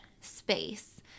space